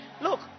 Look